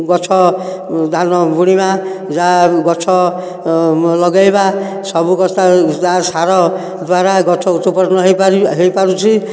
ଗଛ ଧାନ ବୁଣିବା ଯାହା ଗଛ ଲଗେଇବା ସବୁ କସ୍ତା ତା' ସାର ଦ୍ୱାରା ଗଛ ହୃଷ୍ଟପୃଷ୍ଟ ହେଇପାରି ହେଇପାରୁଛି